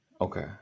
Okay